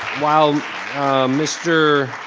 while mr.